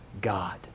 God